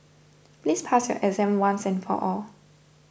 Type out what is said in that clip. please pass your exam once and for all